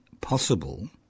possible